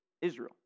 Israel